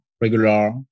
regular